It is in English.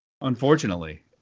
unfortunately